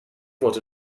fod